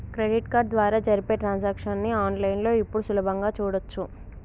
credit card ద్వారా జరిపే transactions ని ఆన్ లైన్ లో ఇప్పుడు సులభంగా చూడచ్చు